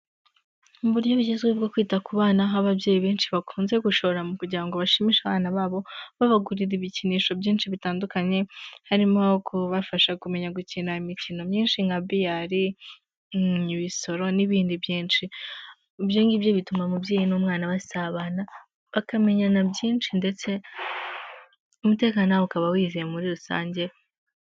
Mu buryo bugezweho bwo kwita ku bana b'ababyeyi benshi bakunze gushora kugira ngo bashimishe abana babo babagurira ibikinisho byinshi bitandukanye harimo kubafasha kumenya gukina imikino myinshi nka bial imisoro n'ibindi byinshi ibyongibyo bituma umubyeyi n'umwana basabana bakamenyana byinshi ndetse umutekano ukaba wizeye muri rusange.